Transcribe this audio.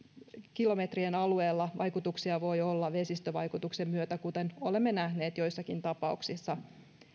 kilometrien alueella vaikutuksia voi olla vesistövaikutuksen myötä kuten olemme nähneet joissakin tapauksissa